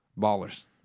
Ballers